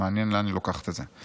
מעניין לאן היא לוקחת את זה.